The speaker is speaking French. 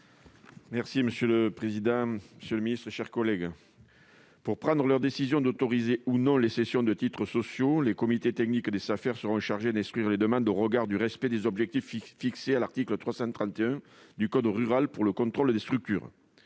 Cabanel, pour présenter l'amendement n° 67 rectifié. Pour prendre la décision d'autoriser ou non les cessions de titres sociaux, les comités techniques des Safer seront chargés d'instruire les demandes au regard du respect des objectifs fixés à l'article L. 331-1 du code rural pour le contrôle des structures.